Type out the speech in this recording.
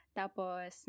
tapos